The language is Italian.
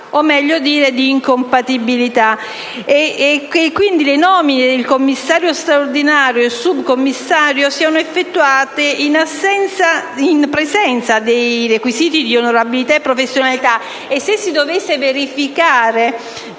meglio dire, di incompatibilità